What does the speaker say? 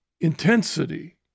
intensity